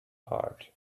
heart